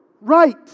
right